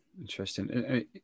interesting